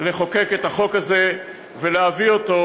לחוקק את החוק הזה ולהביא אותו,